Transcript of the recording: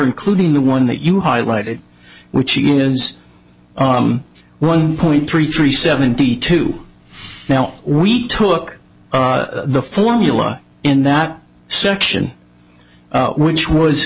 including the one that you highlighted which again is on one point three three seventy two now we took the formula in that section which was